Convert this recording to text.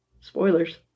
Spoilers